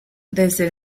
desde